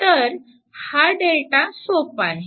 तर हा Δ सोपा आहे